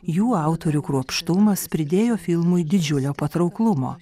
jų autorių kruopštumas pridėjo filmui didžiulio patrauklumo